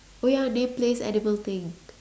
oh ya name place edible thing